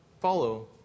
follow